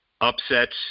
upsets